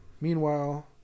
Meanwhile